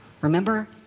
Remember